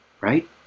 right